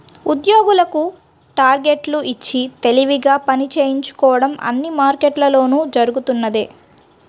ఉద్యోగులకు టార్గెట్లు ఇచ్చి తెలివిగా పని చేయించుకోవడం అన్ని మార్కెట్లలోనూ జరుగుతున్నదే